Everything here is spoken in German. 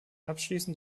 abschließend